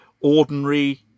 ordinary